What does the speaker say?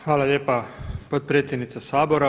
Hvala lijepa potpredsjednice Sabora.